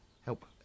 help